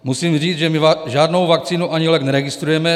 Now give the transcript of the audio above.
Musím říct, že my žádnou vakcínu ani lék neregistrujeme.